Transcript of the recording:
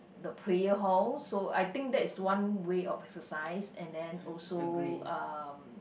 the prayer hall so I think that is one way of exercise and then also um